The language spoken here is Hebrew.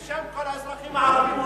בשם כל האזרחים הערבים,